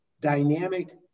dynamic